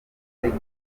ariko